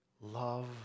love